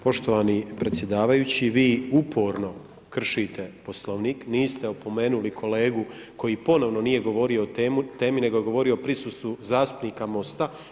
Poštovani predsjedavajući, vi uporno, kršite Poslovnik, niste opomenuli kolegu, koji ponovno nije govorio o temi, nego je govorio o prisustvu zastupnika Mosta.